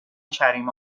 کریم